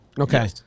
Okay